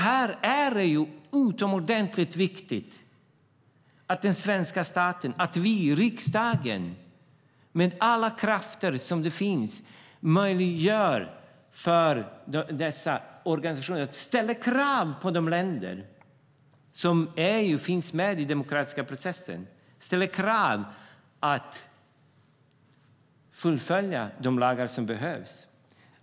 Här är det utomordentligt viktigt att den svenska staten, att vi i riksdagen med alla krafter som finns, möjliggör för dessa organisationer att ställa krav på de länder som finns med i den demokratiska processen att fullfölja de lagar som behövs.